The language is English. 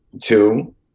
Two